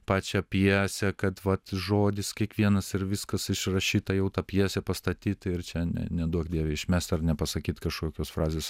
pačią pjesę kad vat žodis kiekvienas ir viskas išrašyta jau ta pjesė pastatyta ir čia ne neduok dieve išmest ar nepasakyt kažkokios frazės